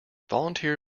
volunteer